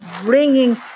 bringing